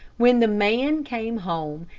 when the man came home,